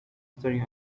staring